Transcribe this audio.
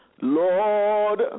Lord